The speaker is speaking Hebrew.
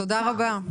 תודה רבה.